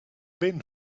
been